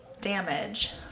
damage